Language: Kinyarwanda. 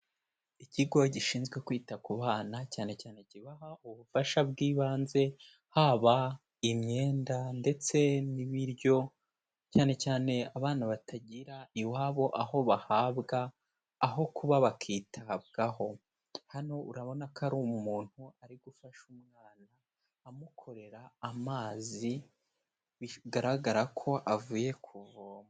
Ikigo gishinzwe kwita ku bana, cyane cyane kibaha ubufasha bw'ibanze, haba imyenda ndetse n'ibiryo, cyane cyane abana batagira iwabo, aho bahabwa aho kuba, bakitabwaho. Hano urabona ko ari umuntu ari gufasha umwana. Amukorera amazi, bigaragara ko avuye kuvoma.